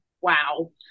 wow